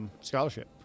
scholarship